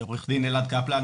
עו"ד אלעד קפלן,